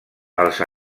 els